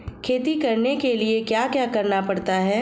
खेती करने के लिए क्या क्या करना पड़ता है?